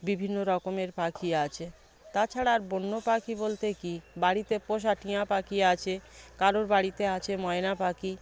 বিভিন্ন রকমের পাখি আছে তাছাড়া আর বন্য পাখি বলতে কী বাড়িতে পোষা টিঁয়া পাখি আছে কারোর বাড়িতে আছে ময়না পাখি